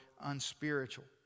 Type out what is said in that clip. unspiritual